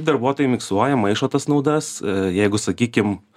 darbuotojai miksuoja maišo tas naudas jeigu sakykim